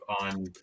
on